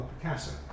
Picasso